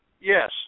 Yes